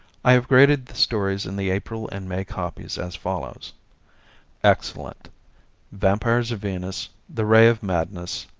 i have graded the stories in the april and may copies as follows excellent vampires of venus, the ray of madness,